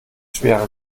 schwere